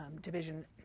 division